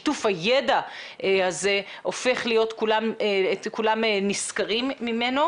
שיתוף הידע הזה הופך להיות את כולם נשכרים ממנו,